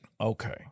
Okay